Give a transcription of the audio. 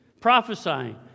Prophesying